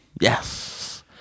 Yes